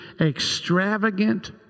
extravagant